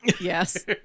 Yes